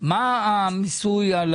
מה המיסוי על